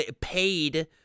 paid